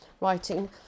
writing